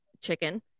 chicken